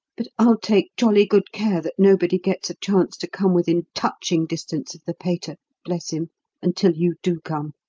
but i'll take jolly good care that nobody gets a chance to come within touching distance of the pater bless him until you do come,